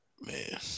Man